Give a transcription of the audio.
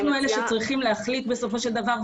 אנחנו אלה שצריכים להחליט בסופו של דבר,